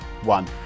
one